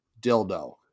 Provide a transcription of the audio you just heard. dildo